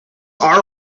are